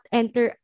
enter